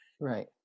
Right